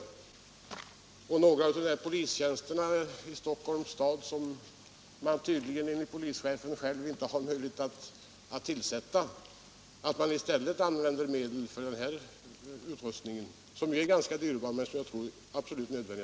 Pengarna till några av de föreslagna polistjänster i Stockholm som man enligt polischefen själv tydligen inte har möjlighet att tillsätta kunde kanske i stället användas till krypteringsutrustning, som ju är ganska dyrbar men säkerligen absolut nödvändig.